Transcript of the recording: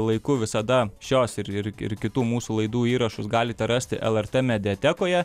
laiku visada šios ir kitų mūsų laidų įrašus galite rasti lrt mediatekoje